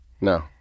No